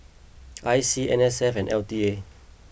I C N S F and L T A